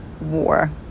war